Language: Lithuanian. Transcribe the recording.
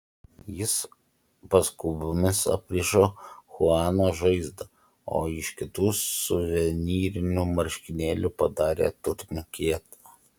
jis paskubomis aprišo chuano žaizdą o iš kitų suvenyrinių marškinėlių padarė turniketą